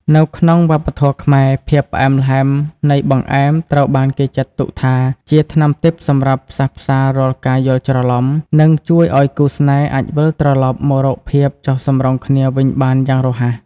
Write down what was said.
នៅក្នុងវប្បធម៌ខ្មែរ ភាពផ្អែមល្ហែមនៃបង្អែមត្រូវបានគេចាត់ទុកថាជាថ្នាំទិព្វសម្រាប់ផ្សះផ្សារាល់ការយល់ច្រឡំ និងជួយឱ្យគូស្នេហ៍អាចវិលត្រឡប់មករកភាពចុះសម្រុងគ្នាវិញបានយ៉ាងរហ័ស។